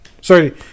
Sorry